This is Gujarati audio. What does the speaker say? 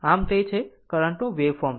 આમ આમ આ તે છે કરંટ નું આ વેવફોર્મ છે